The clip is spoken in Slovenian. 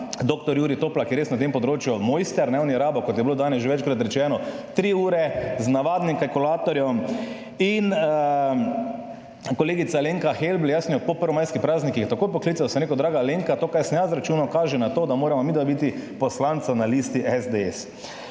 dr. Jurij Toplak, ki je res na tem področju mojster. On je rabil, kot je bilo danes že večkrat rečeno, tri ure z navadnim kalkulatorjem. In kolegica Alenka Helbl, jaz sem jo po prvomajskih praznikih takoj poklical. Sem rekel: »Draga Alenka, to kar sem jaz računal, kaže na to, da morava midva biti poslanca na listi SDS.«